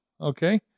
Okay